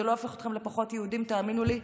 זה לא הופך אתכם לפחות יהודים, תאמינו לי.